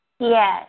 Yes